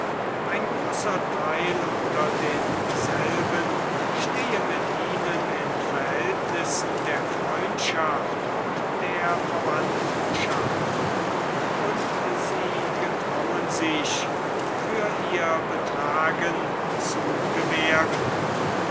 ein großer theil unter denselben stehe mit ihnen in verhältnissen der freundschaft und der verwandtschaft und sie getrauen sich für ihre betragen zu gewähren